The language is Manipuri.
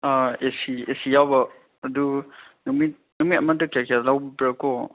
ah A C A C ꯌꯥꯎꯕ ꯑꯗꯨ ꯅꯨꯃꯤꯠ ꯅꯨꯃꯤꯠ ꯑꯃꯗ ꯀꯌꯥ ꯀꯌꯥ ꯂꯧꯕ꯭ꯔꯥꯀꯣ